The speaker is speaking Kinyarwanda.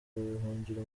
ubuhungiro